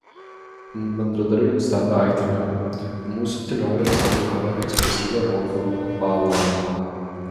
bendradarbiai nustebę aiktelėjo mūsų tylioji rasa dainavo ekspresyvią roko baladę